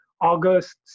August